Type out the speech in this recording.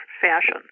fashion